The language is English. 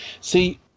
see